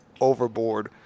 overboard